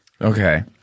Okay